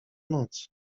noc